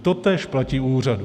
Totéž platí u úřadů.